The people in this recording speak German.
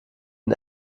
den